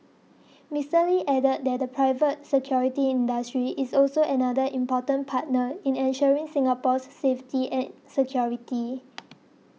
Mr Lee added that the private security industry is also another important partner in ensuring Singapore's safety and security